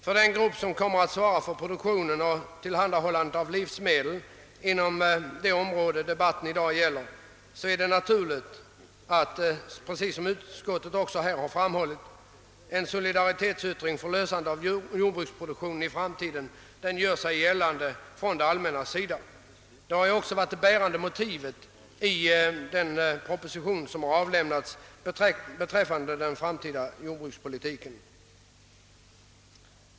För den grupp som kommer att svara för produktionen och tillhandahållandet av livsmedel inom det område debatten i dag gäller är det av värde att, som utskottet också framhållit, det allmänna vid utformningen av den framtida jordbrukspolitiken ger uttryck för sin solidaritet. Detta har också framhållits av departementschefen i propositionen beträffande den framtida jordbrukspolitiken.